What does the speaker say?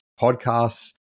podcasts